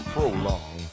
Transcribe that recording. Prolong